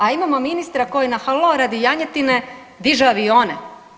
A imamo ministra koji na halo radi janjetine diže avione.